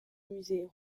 musée